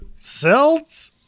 Seltz